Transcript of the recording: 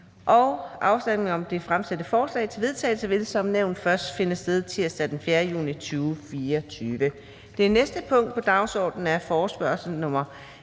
Afstemningen om det fremsatte forslag til vedtagelse vil som nævnt først finde sted tirsdag den 4. juni 2024. --- Det næste punkt på dagsordenen er: 48) Forespørgsel nr.